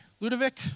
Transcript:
Ludovic